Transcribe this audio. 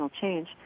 change